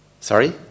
sorry